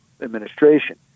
administration